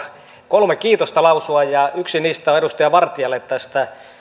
kolme kiitosta lausua yksi niistä on edustaja vartialle tästä